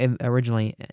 originally